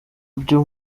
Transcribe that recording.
byo